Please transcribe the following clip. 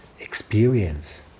experience